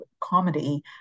comedy